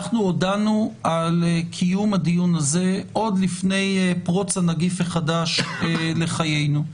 הודענו על קיום הדיון הזה עוד לפני פרוץ הנגיף החדש לחיינו,